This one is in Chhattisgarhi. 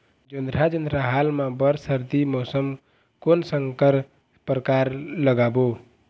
जोंधरा जोन्धरा हाल मा बर सर्दी मौसम कोन संकर परकार लगाबो?